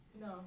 No